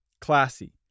classy